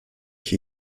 ich